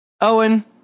Owen